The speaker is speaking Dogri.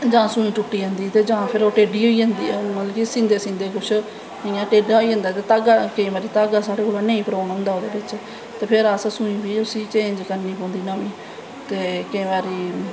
जां सुई टुट्टी जंदी ते जां टेढी होई जंदी मतलव कि सींदे सींदे कुश टेढा होई जंदा ते केंई बारी धागा साढ़े कोला दा नेईं परोन होंदा ओह्दे बिच्च ते फिर असैं सूई बी चेंज़ करनीं पौंदी नमीं ते केईं बारी